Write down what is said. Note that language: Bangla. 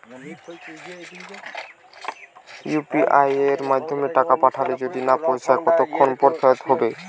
ইউ.পি.আই য়ের মাধ্যমে টাকা পাঠালে যদি না পৌছায় কতক্ষন পর ফেরত হবে?